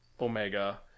Omega